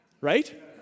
Right